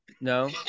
no